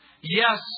yes